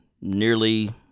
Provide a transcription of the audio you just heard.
nearly